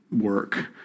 work